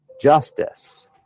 justice